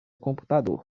computador